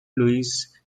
louis